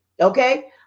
Okay